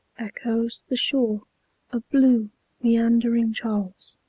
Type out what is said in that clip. echoes the shore of blue meandering charles.